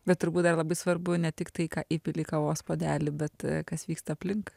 bet turbūt dar labai svarbu ne tik tai ką įpili į kavos puodelį bet kas vyksta aplink